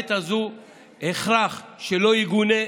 בעת הזאת הוא הכרח שלא יגונה.